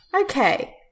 Okay